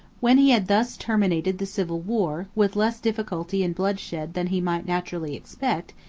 when he had thus terminated the civil war, with less difficulty and bloodshed than he might naturally expect,